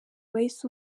wahise